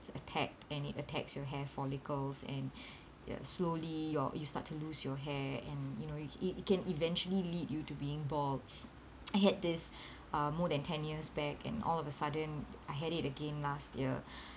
attacked and it attacks you hair follicles and uh slowly your you start to lose your hair and you know i~ it you can eventually lead you to being bald I had this uh more than ten years back and all of a sudden I had it again last year